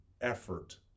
effort